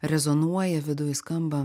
rezonuoja viduj skamba